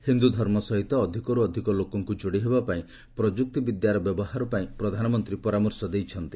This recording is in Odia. ହିନ୍ଦୁଧର୍ମ ସହିତ ଅଧିକର୍ ଅଧିକ ଲୋକଙ୍କୁ ଯୋଡ଼ିହେବାପାଇଁ ପ୍ରଯୁକ୍ତି ବିଦ୍ୟାର ବ୍ୟବହାର ପାଇଁ ପ୍ରଧାନମନ୍ତ୍ରୀ ପରାମର୍ଶ ଦେଇଛନ୍ତି